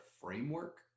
framework